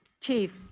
Chief